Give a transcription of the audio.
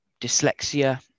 dyslexia